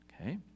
Okay